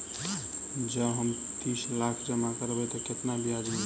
जँ हम तीस लाख जमा करबै तऽ केतना ब्याज मिलतै?